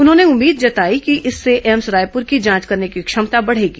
उन्होंने उम्मीद जताई की है कि इससे एम्स रायपुर की जांच करने की क्षमता बढ़ेगी